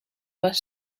bus